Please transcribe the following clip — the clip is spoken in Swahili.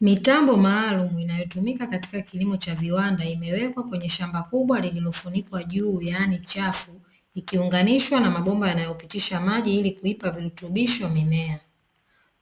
Mitambo maalum inayotumika katika kilimo cha viwanda imewekwa kwenye shamba kubwa lililofunikwa juu yaani chafu likiunganishwa na mabomba yanayopitisha maji ili kuipa virutubisho mimea.